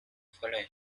following